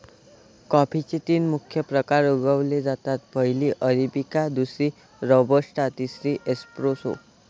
कॉफीचे तीन मुख्य प्रकार उगवले जातात, पहिली अरेबिका, दुसरी रोबस्टा, तिसरी एस्प्रेसो